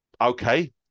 Okay